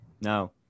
no